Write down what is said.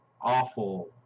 awful